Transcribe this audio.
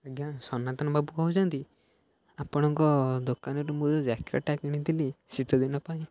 ଆଜ୍ଞା ସନାତନ ବାବୁ କହୁଛନ୍ତି ଆପଣଙ୍କ ଦୋକାନରୁ ମୁଁ ଯେଉଁ ଜ୍ୟାକେଟ୍ଟା କିଣିଥିଲି ଶୀତ ଦିନ ପାଇଁ